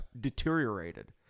deteriorated